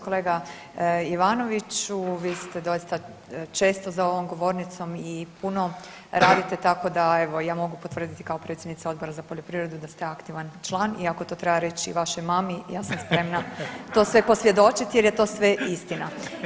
Kolega Ivanoviću, vi ste doista često za ovom govornicom i puno radite tako da evo ja mogu potvrditi kao predsjednica Odbora za poljoprivredu da ste aktivan član i ako to treba reći i vašoj mami ja sam spremna to sve posvjedočiti jer je to sve istina.